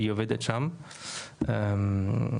סליחה.